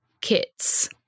kits